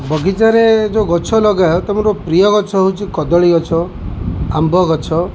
ବଗିଚାରେ ଯେଉଁ ଗଛ ଲଗା ହୁଏ ତମର ପ୍ରିୟ ଗଛ ହେଉଛି କଦଳୀ ଗଛ ଆମ୍ବ ଗଛ